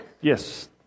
Yes